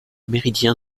méridien